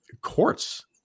courts